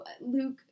Luke